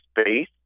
space